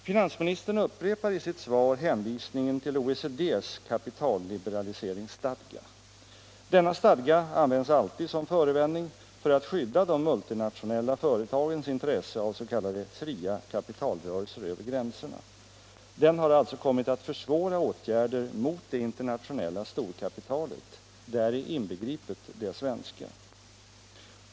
Finansministern upprepar i sitt svar hänvisningen till OECD:s kapitalliberaliseringsstadga. Denna stadga används alltid som förevändning för att skydda de multinationella företagens intresse av ”fria” kapitalrörelser över gränserna. Den har alltså kommit att försvåra åtgärder mot det internationella storkapitalet — däri inbegripet det svenska.